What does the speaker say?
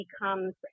becomes